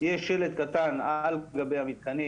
יש שלט קטן על גבי המתקנים,